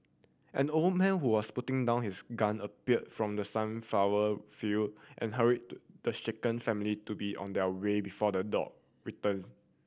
an old man who was putting down his gun appeared from the sunflower field and hurried the shaken family to be on their way before the dog return